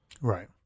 right